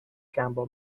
gamble